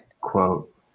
quote